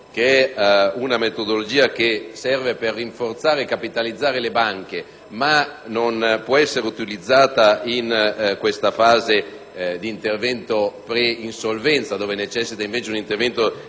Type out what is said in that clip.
(una metodologia che serve per rinforzare e ricapitalizzare le banche, ma non può essere utilizzata in questa fase di intervento pre-insolvenza, che necessita invece di un intervento di capitale),